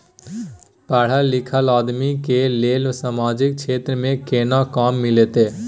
पढल लीखल आदमी के लेल सामाजिक क्षेत्र में केना काम मिलते?